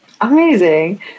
Amazing